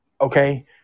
Okay